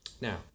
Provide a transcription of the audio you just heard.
Now